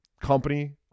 company